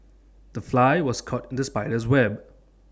the fly was caught in the spider's web